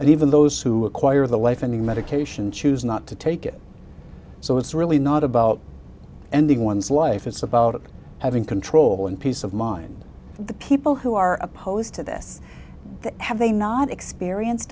and even those who acquire the life ending medication choose not to take it so it's really not about ending one's life it's about having control and peace of mind the people who are opposed to this have they not experienced